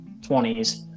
20s